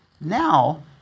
now